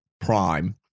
prime